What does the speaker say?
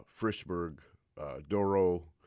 Frischberg-Doro